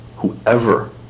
Whoever